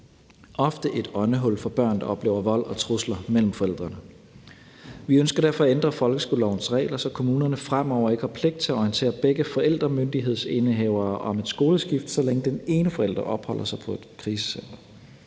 ofte et åndehul for børn, der oplever vold og trusler mellem forældrene. Vi ønsker derfor at ændre folkeskolelovens regler, så kommunerne fremover ikke har pligt til at orientere begge forældremyndighedsindehavere om et skoleskift, så længe den ene forælder opholder sig på et krisecenter.